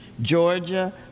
Georgia